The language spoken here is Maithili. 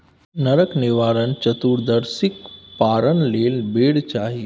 नरक निवारण चतुदर्शीक पारण लेल बेर चाही